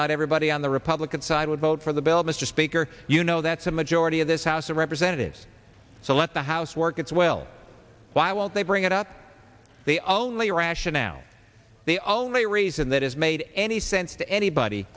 not everybody on the republican side would vote for the bill mr speaker you know that's a majority of this house of representatives so let the house work its will why won't they bring it up the only rationale the only reason that is made any sense to anybody